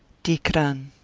dikran.